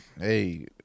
hey